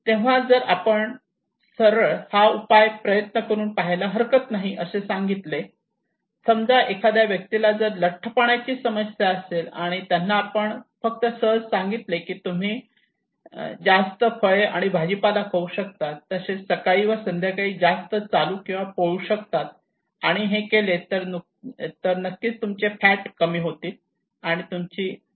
तेव्हा जर आपण सरळ हा उपाय प्रयत्न करून पहायला हरकत नाही असे सांगितले समजा एखाद्या व्यक्तीला जर लठ्ठपणाची समस्या असेल आणि त्यांना आपण फक्त सहज असे सांगितले की तुम्ही जास्त फळे आणि भाजीपाला खाऊ शकतात आणि सकाळी व संध्याकाळी जास्त चालू किंवा पळू शकतात आणि हे केले तर नक्कीच तुमचे फॅट कमी होतील आणि तुमची लठ्ठपणाची समस्या कमी होईल